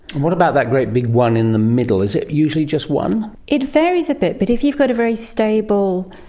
and what about that great big one in the middle? is it usually just one? it varies a bit, but if you've got a very stable,